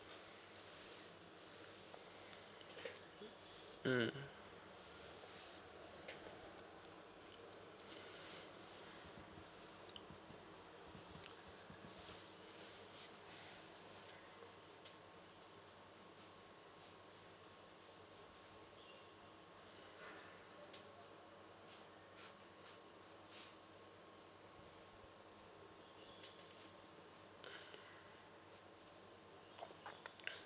hmm